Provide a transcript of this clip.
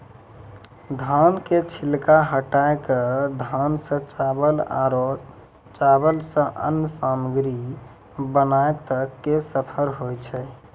धान के छिलका हटाय कॅ धान सॅ चावल आरो चावल सॅ अन्य सामग्री बनाय तक के सफर होय छै